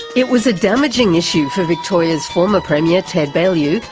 it was a damaging issue for victoria's former premier ted baillieu,